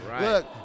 Look